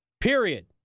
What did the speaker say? Period